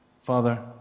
Father